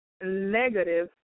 negative